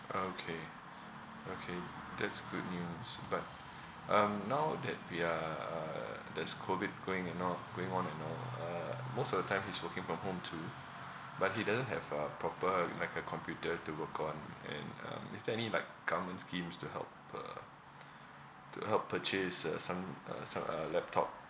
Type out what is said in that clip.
okay okay that's good news but um now that we are uh there's COVID going and all going on and all uh most of the time he's working from home too but he doesn't have a proper like a computer to work on and um is there any like government schemes to help uh to help purchase uh some uh som~ uh laptop